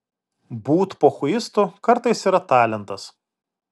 būt pochuistu kartais yra talentas